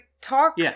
talk